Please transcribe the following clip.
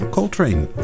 Coltrane